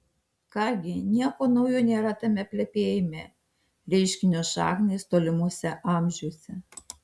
ką gi nieko naujo nėra tame plepėjime reiškinio šaknys tolimuose amžiuose